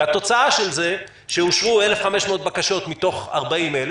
והתוצאה של זה היא שאושרו 1,500 בקשות מתוך 40,000,